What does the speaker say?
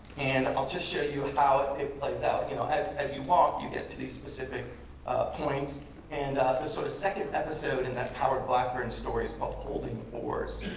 and i'll just show you how it plays out. you know as as you walk, you get to these specific points. and this sort of second episode in that howard blackburn story is called holding oars.